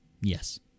yes